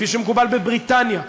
כפי שמקובל בבריטניה,